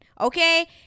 Okay